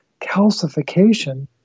calcification